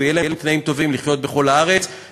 ויהיו להם תנאים טובים לחיות בכל הארץ,